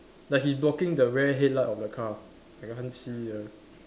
like he's blocking the rear headlight of the car I can't see ah